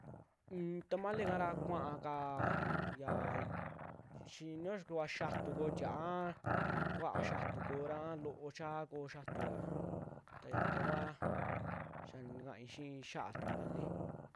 Un tamale kara kuaaka xiaa xinio yaa kuvaa xiatu koo tia'a aa kua'a xia'atu koora a loo chaa koo xiatura ta yaka kuaa xaa nikaai xi'i xaa tamale.